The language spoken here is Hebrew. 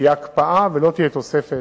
תהיה הקפאה ולא תהיה תוספת